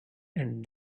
and